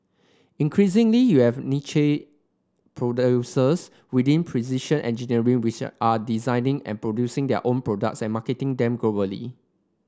increasingly you have niche producers within precision engineering which are designing and producing their own products and marketing them globally